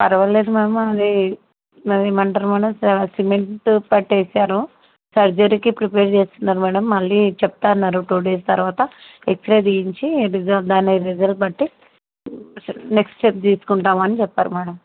పరవాలేదు మ్యాడమ్ అది మ్యామ్ అది ఏమంటారు మ్యాడమ్ సిమెంట్ పట్టీ వేసారు సర్జరీకి ప్రిపేర్ చేస్తున్నారు మ్యాడమ్ మళ్ళీ చెప్తా అన్నారు టూ డేస్ తర్వాత ఎక్స్రే తీయించి రిజ దాని రిసల్ట్ బట్టి నెక్స్ట్ స్టెప్ తీసుకుంటాం అని చెప్పారు మ్యాడమ్